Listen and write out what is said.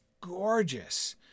gorgeous